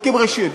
בודקים רגישות.